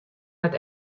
net